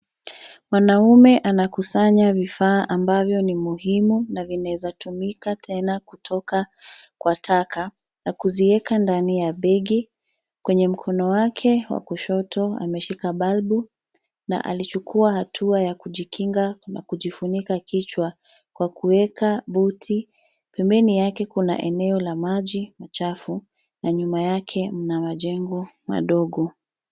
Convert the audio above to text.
Mwanaume anakusanya vifaa ambavyo ni muhimu na vinaeza tumika tena kutoka kwa taka na kuzieka ndani ya begi. Kwenye mkono wake wa kushoto ameshika balbu na alichukua hatua ya kujikinga na kujifunika kichwa kwa kuweka boti. Pembeni yake kuna eneo la maji machafu na nyuma yake mna majengo madogo.